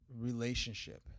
relationship